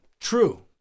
True